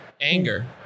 anger